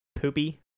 Poopy